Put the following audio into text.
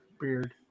beard